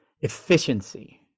efficiency